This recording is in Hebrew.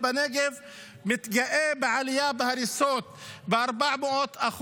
בנגב מתגאה בעלייה בהריסות ב-400%.